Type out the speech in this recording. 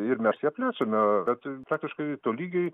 ir mes ją plečiame bet praktiškai tolygiai